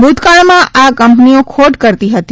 ભૂતકાળમાં આ કંપનીઓ ખોટ કરતી હતી